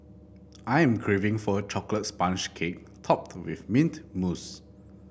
I am craving for a chocolate sponge cake topped with mint mousse